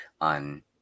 on